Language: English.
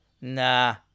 Nah